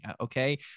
okay